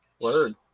Word